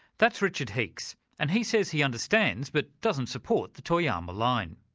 that's richard heeks, and he says he understands, but doesn't support, the toyama line.